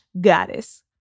goddess